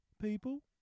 people